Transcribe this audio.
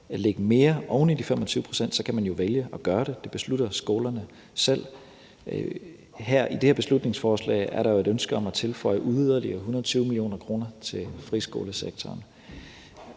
at lægge mere oven i de 25 pct., kan man jo vælge at gøre det. Det beslutter skolerne selv. I det her beslutningsforslag er der et ønske om at tilføje yderligere 120 mio. kr. til friskolesektoren.